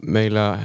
Meillä